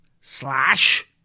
slash